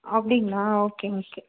அப்படிங்களா okay okay